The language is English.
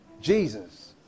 Jesus